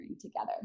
together